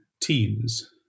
teams